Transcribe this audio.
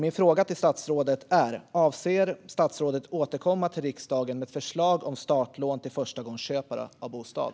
Min fråga till statsrådet är: Avser statsrådet att återkomma till riksdagen med förslag om startlån till förstagångsköpare av bostad?